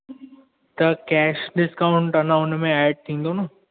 त cash discount अञा हुन में ऐड थींदो न